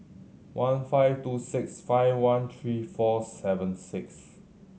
one five two six five one three four seven six